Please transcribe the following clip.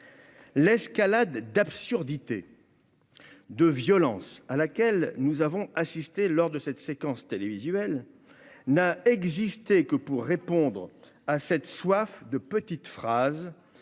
l'escalade d'absurdité de violence à laquelle nous avons assisté lors de cette séquence télévisuelle n'a existé que pour répondre à cette soif de petites phrases